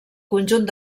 conjunt